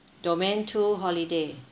domain two holiday